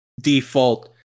default